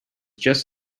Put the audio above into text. just